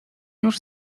już